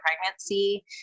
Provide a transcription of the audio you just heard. pregnancy